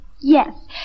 Yes